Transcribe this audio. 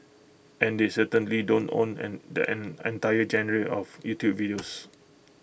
and they certainly don't own an the an entire genre of YouTube videos